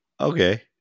Okay